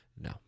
No